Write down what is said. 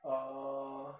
uh